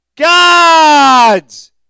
God's